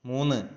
മൂന്ന്